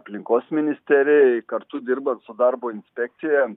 aplinkos ministerijai kartu dirbant su darbo inspekcija